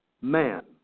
man